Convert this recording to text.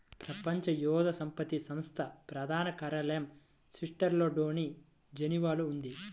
ప్రపంచ మేధో సంపత్తి సంస్థ ప్రధాన కార్యాలయం స్విట్జర్లాండ్లోని జెనీవాలో ఉంది